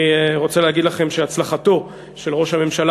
אני רוצה להגיד לכם שהצלחתו של ראש הממשלה